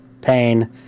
pain